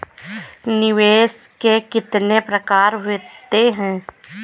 निवेश के कितने प्रकार होते हैं?